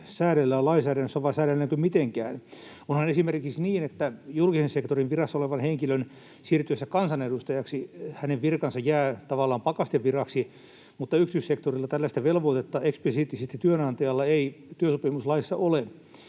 säädellään lainsäädännössä vai säädelläänkö mitenkään? Onhan esimerkiksi niin, että julkisen sektorin virassa olevan henkilön siirtyessä kansanedustajaksi hänen virkansa jää tavallaan pakasteviraksi, mutta yksityissektorilla tällaista velvoitetta eksplisiittisesti työnantajalla ei työsopimuslaissa ole.